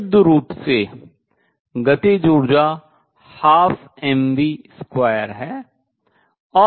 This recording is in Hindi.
विशुद्ध रूप से गतिज ऊर्जा 12mv2 है